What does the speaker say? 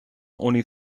only